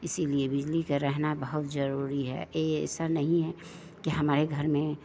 इसीलिए बिजली का रहना बहुत जरूरी है ये ऐसा नहीं है कि हमारे घर में